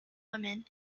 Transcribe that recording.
women